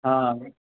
हां